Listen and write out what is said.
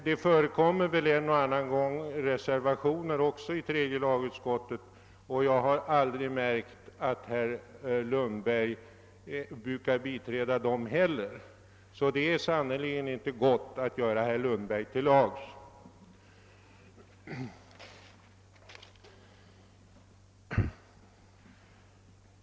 Det förekommer väl en och annan gång reservationer även i tredje lagutskottet, men jag har aldrig märkt att herr Lundberg har biträtt dessa heller. Det är sannerligen inte lätt att vara herr Lundberg till lags.